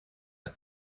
out